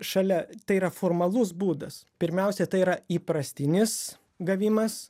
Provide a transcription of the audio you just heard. šalia tai yra formalus būdas pirmiausiai tai yra įprastinis gavimas